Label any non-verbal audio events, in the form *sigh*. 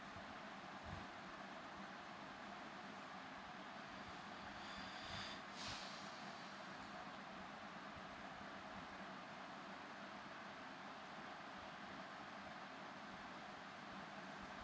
*breath*